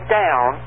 down